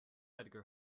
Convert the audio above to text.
edgar